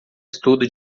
estudo